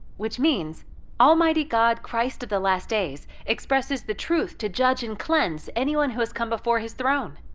which means almighty god christ of the last days expresses the truth to judge and cleanse anyone who has come before his throne.